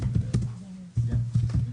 תודה.